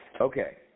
Okay